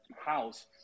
house